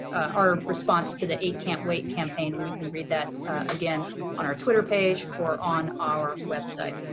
our response to the eight can't wait campaign and you can read that again on our twitter page or on our website.